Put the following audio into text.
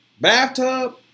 Bathtub